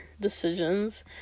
decisions